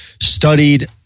studied